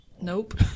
nope